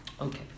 Okay